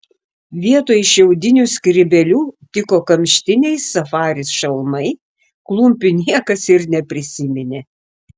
vietoj šiaudinių skrybėlių tiko kamštiniai safari šalmai klumpių niekas ir neprisiminė